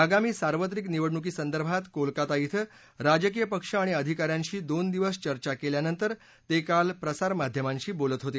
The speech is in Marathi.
आगामी सार्वत्रिक निवडणुकीसंदर्भात कोलकाता इथं राजकीय पक्ष आणि अधिकाऱ्यांशी दोन दिवस चर्चा केल्यानंतर ते काल प्रसारमाध्यमांशी बोलत होते